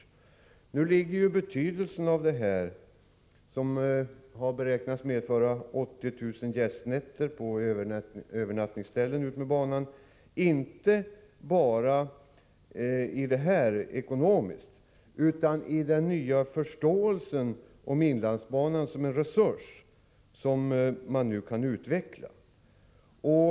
Men betydelsen av satsningen ligger inte enbart i det ekonomiska resultatet, vilket också avspeglas i en beräknad försäljning av 80 000 gästnätter på övernattningsställena utmed banan, utan mera i att man fått en ny förståelse för inlandsbanan som en resurs som går att utveckla.